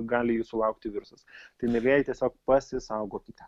gali jūsų laukti virusas tai mielieji tiesiog pasisaugokite